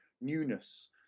newness